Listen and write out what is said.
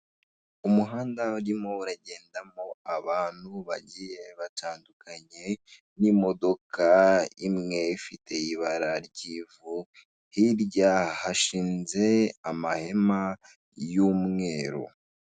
Umuhanda urimo uragendamo abantu bagiye batandukanye n'imodoka imwe ifite ibara ry'ivu hirya hashinze amahema y'umweru.